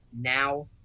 now